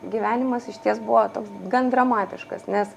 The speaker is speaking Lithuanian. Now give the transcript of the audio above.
gyvenimas išties buvo toks gan dramatiškas nes